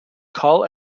call